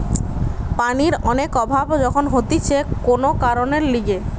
পানির অনেক অভাব যখন হতিছে কোন কারণের লিগে